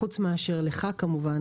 חוץ מאשר לך כמובן